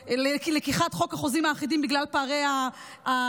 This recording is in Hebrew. בלקיחת חוק החוזים האחידים בגלל פערי הכוחות,